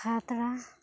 ᱠᱷᱟᱛᱲᱟ